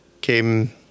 came